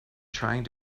trying